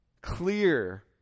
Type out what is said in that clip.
clear